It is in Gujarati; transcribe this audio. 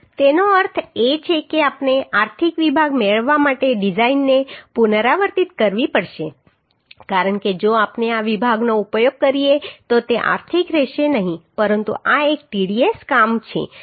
તેનો અર્થ એ છે કે આપણે આર્થિક વિભાગ મેળવવા માટે ડિઝાઇનને પુનરાવર્તિત કરવી પડશે કારણ કે જો આપણે આ વિભાગનો ઉપયોગ કરીએ તો તે આર્થિક રહેશે નહીં પરંતુ આ એક tds કામ છે